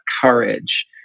courage